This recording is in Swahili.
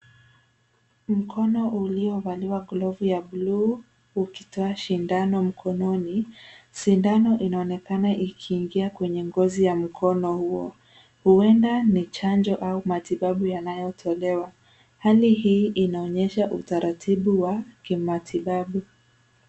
Mkono ulio valiwa glovu ya bluu ukitoa sindano mkononi, sindano inaonekana ikiingia kwenye ngozi ya mkono huo, huwenda ni chanjo au matibabu yanayo tolewa. Hali hii inaonyesha utaratibu wa kimatibabu.